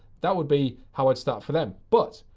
that would be how i'd start for them. but,